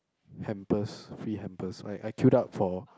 hampers free hampers right I queued up for